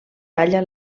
talla